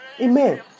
Amen